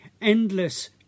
endless